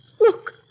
Look